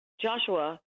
Joshua